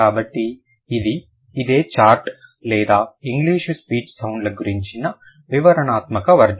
కాబట్టి ఇది ఇదే చార్ట్ లేదా ఇంగ్లీషు స్పీచ్ సౌండ్ల గురించిన వివరణాత్మక వర్ణన